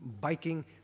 biking